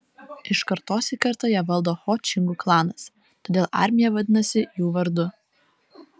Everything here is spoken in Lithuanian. iš kartos į kartą ją valdo ho čingų klanas todėl armija vadinasi jų vardu